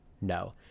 No